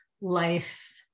life